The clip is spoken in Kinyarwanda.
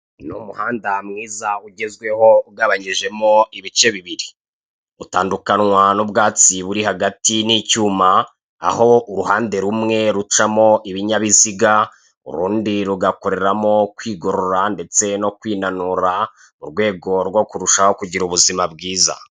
Ni umuhanda mwiza ugezweho ugabanyijemo ibice bibiri, utandukanywa n'umwatsi buri hagati n'icyuma, aho uruhande rumwe rucamo ibinyabiziga, urundi rugakoreramo kwigorora no kwinanura mu rwego rwo kurushaho kugira ubuzima bwiza.